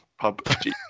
PUBG